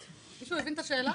מישהו הבין את השאלה?